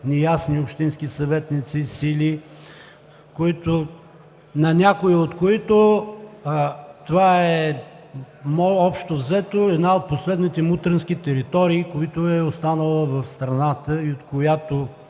неясни общински съветници, сили, на някои от които това е, общо взето, една от последните мутренски територии, която е останала в страната и от която